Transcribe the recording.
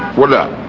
what up?